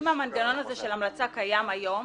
אם המנגנון הזה של ההודעה קיים היום,